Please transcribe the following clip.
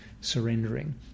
surrendering